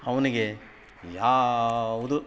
ಅವ್ನಿಗೆ ಯಾವುದು